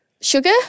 Sugar